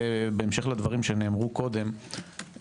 בהמשך לדברים שנאמרו קודם,